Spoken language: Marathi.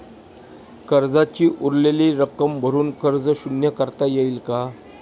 कर्जाची उरलेली रक्कम भरून कर्ज शून्य करता येईल का?